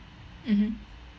mmhmm